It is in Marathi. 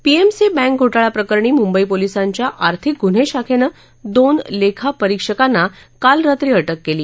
पीएमसी बँक घोठाळा प्रकरणी मुंबई पोलिसांच्या आर्थिक गुन्हे शाखेनं दोन लेखा परीक्षकांना काल रात्री अाऊ केली